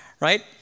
right